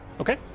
Okay